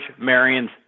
Marion's